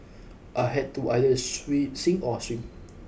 I had to either sweet sink or swim